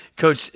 Coach